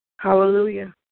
Hallelujah